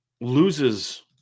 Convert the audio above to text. loses